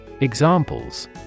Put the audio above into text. Examples